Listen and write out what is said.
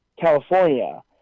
California